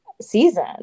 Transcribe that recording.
season